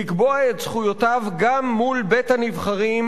לקבוע את זכויותיו גם מול בית-הנבחרים,